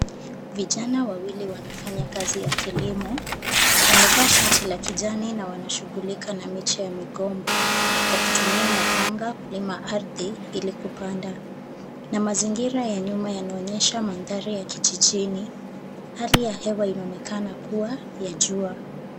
Vijana wawili wanafanya kazi ya kilimo, wamevaa shati la kijani na wanashughulika na miche ya migomba kwa kutumia mapanga kulima ardhi, ili kupanda na mazingira ya nyuma yanaonyesha mandhari ya kijijini. Hali ya hewa inaonekana kuwa ya jua.